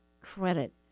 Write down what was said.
credit